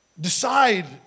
Decide